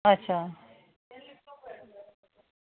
अच्छा